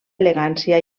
elegància